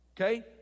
okay